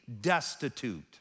destitute